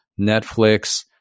Netflix